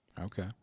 Okay